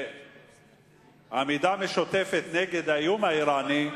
לעמידה משותפת נגד האיום האירני,